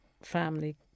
family